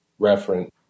reference